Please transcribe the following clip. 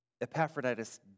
Epaphroditus